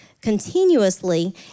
continuously